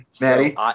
Maddie